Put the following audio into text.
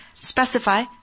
specify